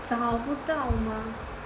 找不到吗